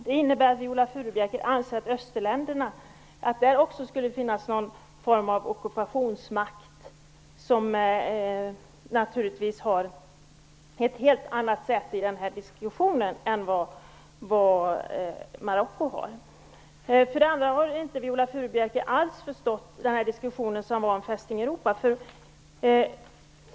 Det innebär att Viola Furubjelke anser att det också i Östersjöländerna skulle finnas någon form av ockupationsmakt, som naturligtvis har ett helt annat sätt i den här diskussionen än vad Marocko har. Viola Furubjelke har inte alls förstått diskussionen om Fästning Europa.